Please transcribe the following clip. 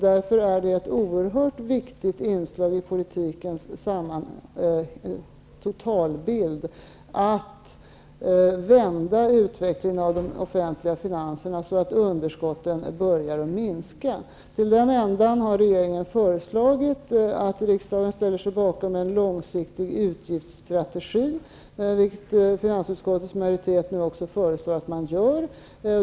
Därför är ett oerhört viktigt inslag i politikens totalbild att vända utvecklingen av de offentliga finanserna, så att underskotten börjar minska. Till den ändan har regeringen föreslagit att riksdagen ställer sig bakom en långsiktig utgiftsstrategi, vilket finansutskottets majoritet nu föreslår att man skall göra.